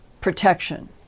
protection